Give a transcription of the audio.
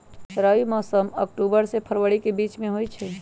रबी मौसम अक्टूबर से फ़रवरी के बीच में होई छई